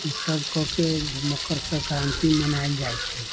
ई सब कऽ के मकर सक्रान्ति मनायल जाइ छै